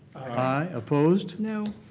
aye. opposed? no.